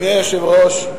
אדוני היושב-ראש,